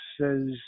says